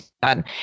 done